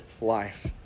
life